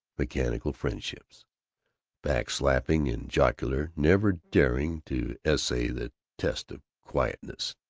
mechanical friendships back-slapping and jocular, never daring to essay the test of quietness.